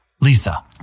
Lisa